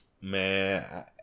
man